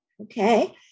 okay